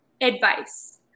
advice